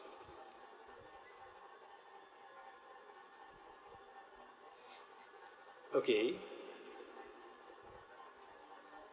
okay